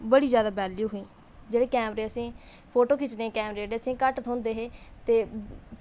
बड़ी जादा वेल्यू ही जेह्दे कैमरे असेंगी फोटो खिच्चनै गी कैमरे जेह्ड़े असेंगी घट्ट थ्होंदे हे ते